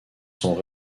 sont